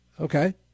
Okay